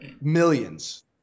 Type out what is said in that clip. millions